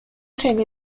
خیلی